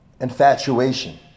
infatuation